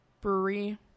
brewery